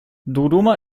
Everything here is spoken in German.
dodoma